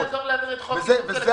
וזו